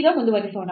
ಈಗ ಮುಂದುವರಿಸೋಣ